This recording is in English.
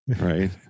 Right